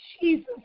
Jesus